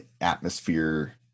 atmosphere